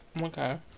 Okay